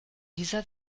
dieser